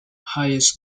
hayes